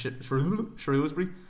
Shrewsbury